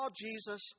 Jesus